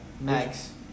max